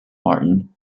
martin